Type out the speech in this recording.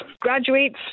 graduates